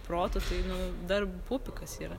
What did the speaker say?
protu tai nu dar pupikas yra